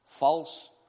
False